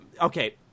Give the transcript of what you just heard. Okay